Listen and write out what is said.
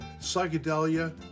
psychedelia